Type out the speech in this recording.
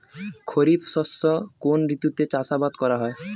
খরিফ শস্য কোন ঋতুতে চাষাবাদ করা হয়?